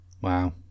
wow